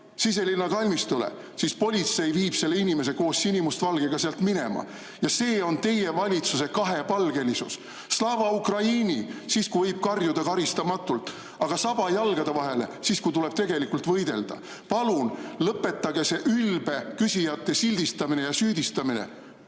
Siselinna kalmistule, siis politsei viib selle inimese koos sinimustvalgega sealt minema. Ja see on teie valitsuse kahepalgelisus. "Slava Ukraini!" võib siis karjuda karistamatult, aga saba [tõmmatakse] jalgade vahele, siis kui tuleb võidelda. Palun lõpetage see ülbe küsijate sildistamine ja süüdistamine!